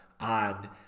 on